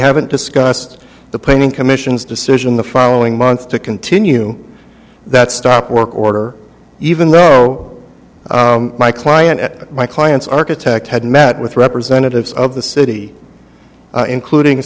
haven't discussed the painting commission's decision the following month to continue that stop work order even though my client at my client's architect had met with representatives of the city including